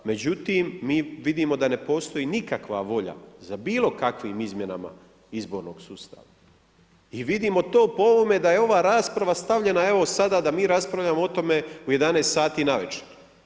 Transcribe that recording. Međutim, mi vidimo da ne postoji nikakva volja za bilo kakvim izmjenama izbornog sustava i vidimo to po ovome da je ova rasprava stavljena evo sada da mi raspravljamo o tome u 11 sati navečer.